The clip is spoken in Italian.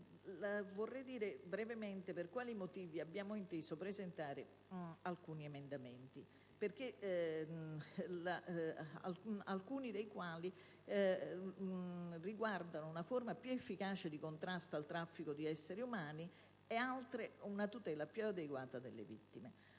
Vorrei spiegare brevemente per quali motivi abbiamo inteso presentare emendamenti, alcuni dei quali riguardano una forma più efficace di contrasto al traffico di esseri umani e altri una tutela più adeguata delle vittime.